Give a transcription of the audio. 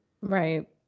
right